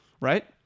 right